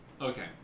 Okay